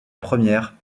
première